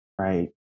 right